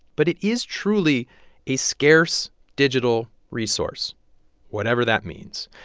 but it is truly a scarce digital resource whatever that means.